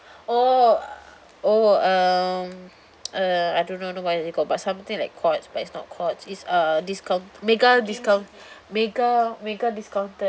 oh oh um uh I don't know what is it called but something like courts but it's not courts it's a discount mega discount mega mega discounted